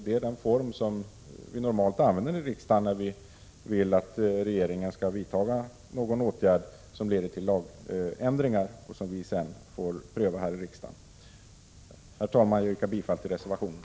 Det är den form som vi normalt använder när riksdagen vill att regeringen skall vidta någon åtgärd som leder till lagändringar och som vi sedan får pröva här i riksdagen. Herr talman! Jag yrkar bifall till reservationen.